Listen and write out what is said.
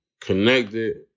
connected